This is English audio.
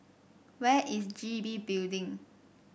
where is G B Building